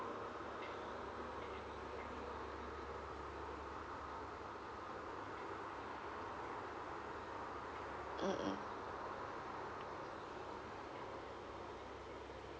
mm mm